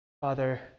Father